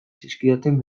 zizkidaten